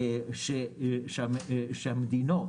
שהמדינות